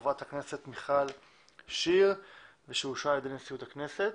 שיזמה חברת הכנסת מיכל שיר ושאושרה על ידי נשיאות הכנסת.